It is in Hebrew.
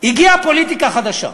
הגיעה פוליטיקה חדשה.